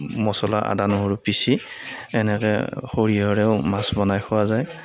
মছলা আদা নহৰু পিচি এনেকে সৰিয়হৰেও মাছ বনাই খোৱা যায়